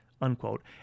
unquote